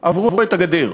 עברו את הגדר.